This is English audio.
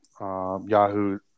Yahoo